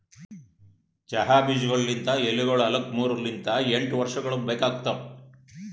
ಚಹಾ ಬೀಜಗೊಳ್ ಲಿಂತ್ ಎಲಿಗೊಳ್ ಆಲುಕ್ ಮೂರು ಲಿಂತ್ ಎಂಟು ವರ್ಷಗೊಳ್ ಬೇಕಾತವ್